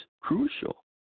crucial